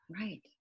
right